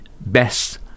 best